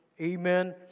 Amen